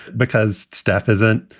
because steph isn't,